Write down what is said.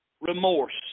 remorse